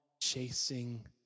chasing